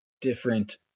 different